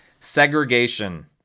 segregation